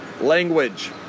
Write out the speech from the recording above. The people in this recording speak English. Language